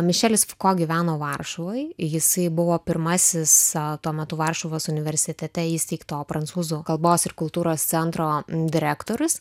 mišelis fuko gyveno varšuvoj jisai buvo pirmasis tuo metu varšuvos universitete įsteigto prancūzų kalbos ir kultūros centro direktorius